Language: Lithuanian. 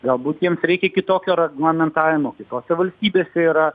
galbūt jiems reikia kitokio reglamentavimo kitokio valstybėse yra